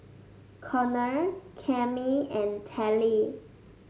Connor Cammie and Telly